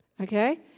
Okay